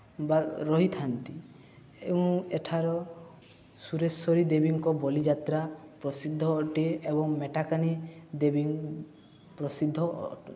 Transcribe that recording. ବା ରହିଥାନ୍ତି ଏବଂ ଏଠାର ସୁରେଶ୍ୱରୀ ଦେବୀଙ୍କ ବଳିଯାତ୍ରା ପ୍ରସିଦ୍ଧ ଅଟେ ଏବଂ ମେଟାକାନି ଦେବୀ ପ୍ରସିଦ୍ଧ ଅଟେ